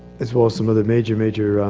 as well as some other major, major.